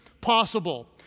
possible